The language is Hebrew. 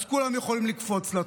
אז כולם יכולים לקפוץ לה.